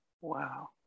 Wow